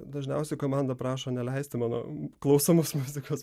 dažniausiai komanda prašo neleisti mano klausomos muzikos